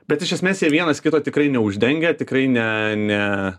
bet iš esmės jie vienas kito tikrai neuždengia tikrai ne ne